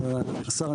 השר,